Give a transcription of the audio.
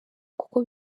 kuko